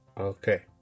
Okay